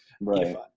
Right